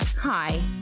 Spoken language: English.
Hi